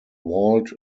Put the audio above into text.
walled